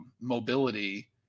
mobility